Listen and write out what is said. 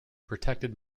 protected